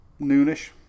noonish